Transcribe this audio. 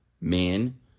men